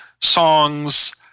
songs